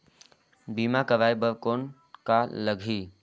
बीमा कराय बर कौन का लगही?